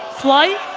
flight?